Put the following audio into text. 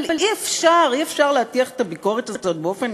אבל אי-אפשר, אי-אפשר להטיח את הביקורת הזאת באופן